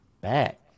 Back